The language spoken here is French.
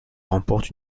remporte